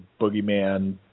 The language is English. boogeyman